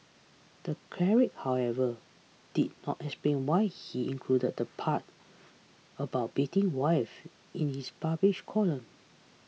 the cleric however did not explain why he included the part about beating wives in his published column